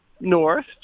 north